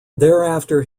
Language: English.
thereafter